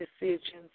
decisions